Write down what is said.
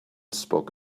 spoke